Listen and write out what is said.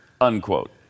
unquote